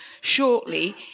shortly